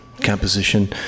composition